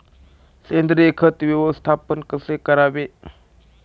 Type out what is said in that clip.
सेंद्रिय खत व्यवस्थापन कसे करावे?